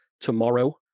tomorrow